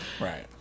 Right